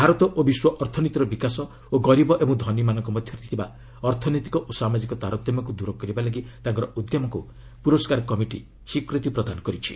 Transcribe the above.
ଭାରତ ଓ ବିଶ୍ୱ ଅର୍ଥନୀତିର ବିକାଶ ଓ ଗରିବ ଏବଂ ଧନୀଲୋକମାନଙ୍କ ମଧ୍ୟରେ ଥିବା ଅର୍ଥନୈତିକ ଓ ସାମାଜିକ ତାରତମ୍ୟକୁ ଦୂର କରିବା ଲାଗି ତାଙ୍କର ଉଦ୍ୟମକୁ ପୁରସ୍କାର କମିଟି ସ୍ପିକୃତୀ ପ୍ରଦାନ କରିଛି